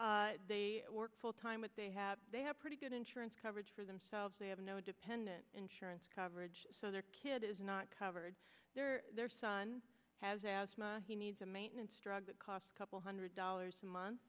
they work full time but they have they have pretty good insurance coverage for themselves they have no dependent insurance coverage so their kid is not covered their son has asthma he needs a maintenance drug costs couple hundred dollars a